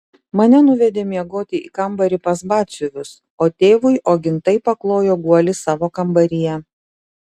mane nuvedė miegoti į kambarį pas batsiuvius o tėvui ogintai paklojo guolį savo kambaryje